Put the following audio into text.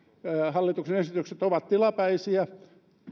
hallituksen esitykset ovat tilapäisiä